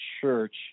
church